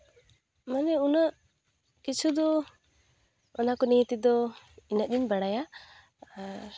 ᱢᱟᱱᱮ ᱩᱱᱟᱹᱜ ᱠᱤᱪᱷᱩ ᱫᱚ ᱚᱱᱟᱠᱚ ᱱᱤᱭᱮ ᱛᱮᱫᱚ ᱤᱱᱟᱹᱜ ᱜᱤᱧ ᱵᱟᱲᱟᱭᱟ ᱟᱨ